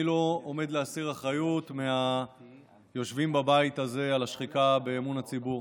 אני לא עומד להסיר אחריות מהיושבים בבית הזה לשחיקה באמון הציבור.